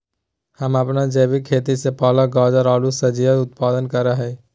हम अपन जैविक खेती से पालक, गाजर, आलू सजियों के उत्पादन करा हियई